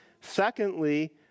Secondly